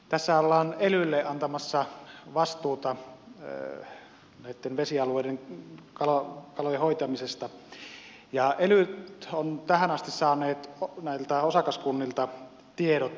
tässähän ollaan elyille antamassa vastuuta näitten vesialueiden kalojen hoitamisesta ja elyt ovat tähän asti saaneet näiltä osakaskunnilta tiedot kalakannoista